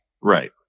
right